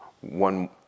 one